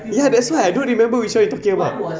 ya that's why I don't remember which one you're talking about